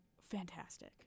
Fantastic